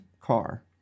car